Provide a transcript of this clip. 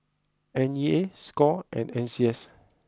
N E A score and N C S